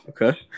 okay